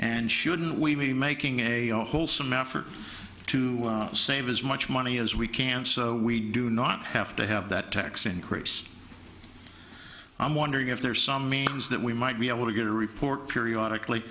and shouldn't we be making a wholesome effort to save as much money as we can so we do not have to have that tax increase i'm wondering if there's some means that we might be able to get a report periodic